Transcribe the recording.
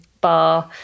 bar